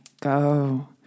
go